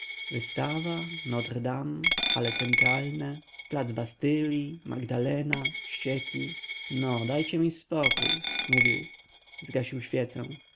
wystawa notre dame hale centralne plac bastylli magdalena ścieki no dajcie mi spokój mówił zgasił świecę